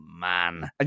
man